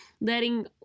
letting